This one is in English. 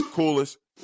coolest